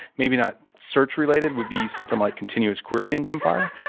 maybe not search related would be something like continuous query in gemfire.